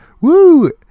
Woo